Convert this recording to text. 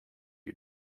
you